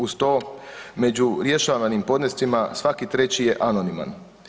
Uz to među rješavanim podnescima svaki treći je anoniman.